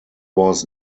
was